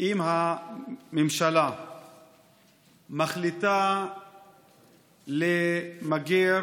שאם הממשלה מחליטה למגר